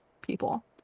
people